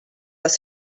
les